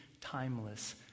timeless